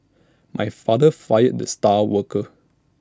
my father fired the star worker